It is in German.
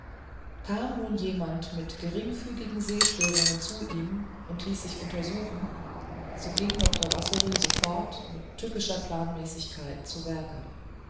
kam nun jemand mit geringfügigen sehstörungen zu ihm und ließ sich untersuchen so ging dr wassory sofort mit tückischer planmäßigkeit zu werke